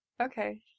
okay